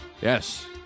yes